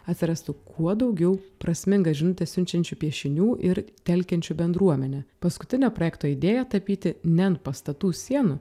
atsirastų kuo daugiau prasmingą žinutę siunčiančių piešinių ir telkiančių bendruomenę paskutinio projekto idėja tapyti ne ant pastatų sienų